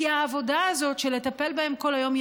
כי העבודה הזאת של לטפל בהם כל היום היא